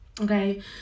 okay